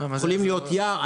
יכולים להיות יער,